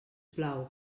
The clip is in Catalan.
plau